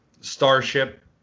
starship